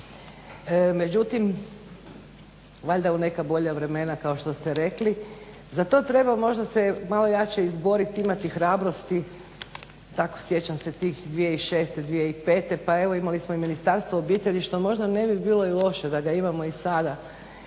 Međutim valjda u neka bolja vremena kao što ste rekli, za to treba možda se malo jače izboriti, imati hrabrosti. Tako sjećam se tih, 2006., 2005. Pa evo imali smo i Ministarstvo obitelji što možda nebi bilo i loše da ga imamo i sada